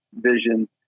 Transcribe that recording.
vision